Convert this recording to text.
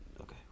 okay